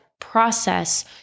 process